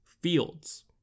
fields